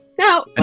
No